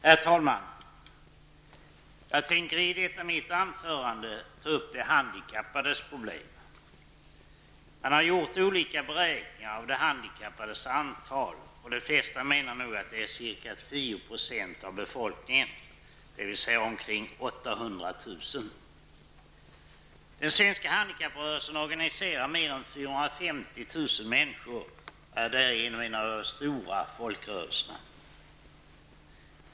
Herr talman! Jag tänker i detta mitt anförande ta upp de handikappades problem. Man har gjort olika beräkningar av de handikappades antal, och de flesta menar nog att de utgör ca 10 % av befolkningen, dvs. omkring 450 000 människor och är därigenom en av de stora folkrörelserna.